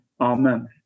amen